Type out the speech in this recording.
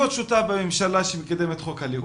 להיות שותף בממשלה שמקדמת חוק הלאום,